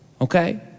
Okay